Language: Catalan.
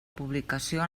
publicació